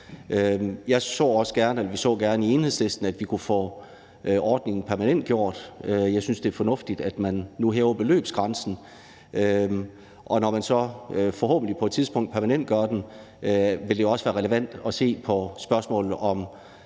også gerne, at vi kunne få ordningen permanentgjort. Jeg synes, det er fornuftigt, at man nu hæver beløbsgrænsen. Og når man så forhåbentlig på et tidspunkt permanentgør den, vil det også være relevant at se på spørgsmålene om